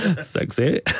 Sexy